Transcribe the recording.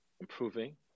improving